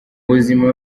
buzima